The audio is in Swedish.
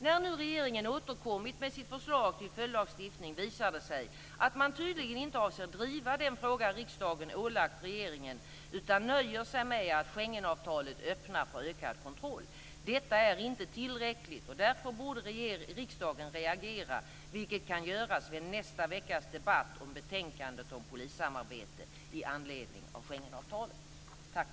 När nu regeringen återkommit med sitt förslag till följdlagstiftning, visar det sig att man tydligen inte avser driva den fråga riksdagen ålagt regeringen, utan nöjer sig med att Schengenavtalet öppnar för ökad kontroll. Detta är inte tillräckligt och därför borde riksdagen reagera, vilket kan göras vid nästa veckas debatt om betänkandet om polissamarbete i anledning av Schengenavtalet.